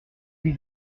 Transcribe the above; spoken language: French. lui